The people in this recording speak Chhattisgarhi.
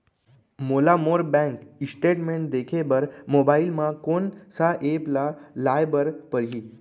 मोला मोर बैंक स्टेटमेंट देखे बर मोबाइल मा कोन सा एप ला लाए बर परही?